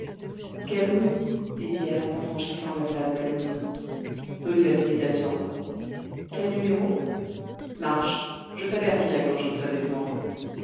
quelle rue dit pierre en franchissant la place dalhousie rue de la visitation quel numéro marche je t'avertirai quand je voudrai descendre